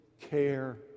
care